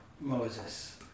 Moses